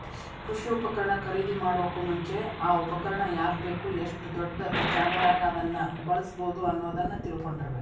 ಕೃಷಿ ಉಪಕರಣ ಖರೇದಿಮಾಡೋಕು ಮುಂಚೆ, ಆ ಉಪಕರಣ ಯಾಕ ಬೇಕು, ಎಷ್ಟು ದೊಡ್ಡಜಾಗಾದಾಗ ಅದನ್ನ ಬಳ್ಸಬೋದು ಅನ್ನೋದನ್ನ ತಿಳ್ಕೊಂಡಿರಬೇಕು